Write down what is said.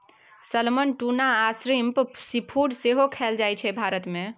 salmon, tuna आ shrimp seafood सेहो खाएल जाइ छै भारत मे